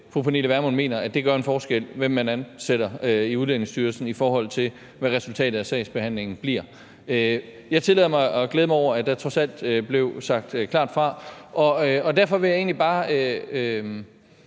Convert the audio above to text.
fru Pernille Vermund mener, at det gør en forskel, hvem man ansætter i Udlændingestyrelsen i forhold til, hvad resultatet af sagsbehandlingen bliver. Jeg tillader mig at glæde mig over, at der trods alt blev sagt klart fra. Derfor vil jeg egentlig bare